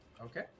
Okay